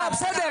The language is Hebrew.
לא, בסדר.